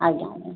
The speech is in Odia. ଆଜ୍ଞା ଆଜ୍ଞା